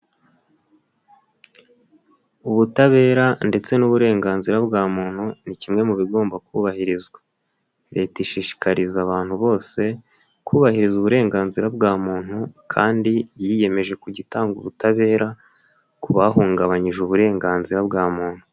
Ubutabera ndetse n'uburenganzira bwa muntu, ni kimwe mu bigomba kubahirizwa, leta ishishikariza abantu bose, kubahiriza uburenganzira bwa muntu kandi yiyemeje kujya itanga ubutabera, ku bahungabanyije uburenganzira bwa muntu.